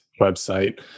website